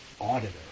Auditor